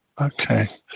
Okay